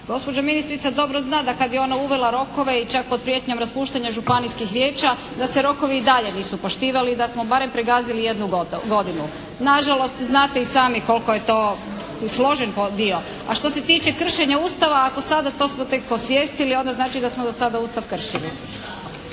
gospođa ministrica dobro zna da kad je ona uvela rokove i čak pod prijetnjom raspuštanja Županijskih vijeća, da se rokovi i dalje nisu poštivali i da smo barem pregazili jednu godinu. Nažalost, znate i sami koliko je to složen dio. A što se tiče kršenja Ustava, ako sada to smo tek …/Govornik se ne razumije./… znači da smo do sada Ustav kršili.